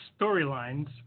storylines